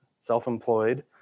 self-employed